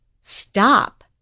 Stop